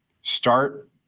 Start